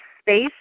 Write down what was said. space